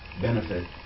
benefit